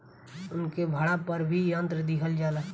उनके भाड़ा पर भी यंत्र दिहल जाला